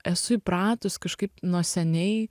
esu įpratus kažkaip nuo seniai